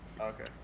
Okay